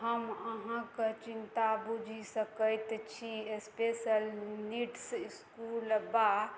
हम अहाँक चिन्ता बुझि सकैत छी स्पेशल नीड्स स्कूल बा